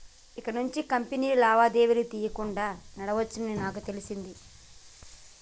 ఇకనుంచి కంపెనీలు దివాలా తీయకుండా నడవవచ్చని నాకు తెలిసింది